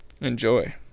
enjoy